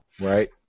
Right